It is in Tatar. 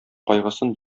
кайгысын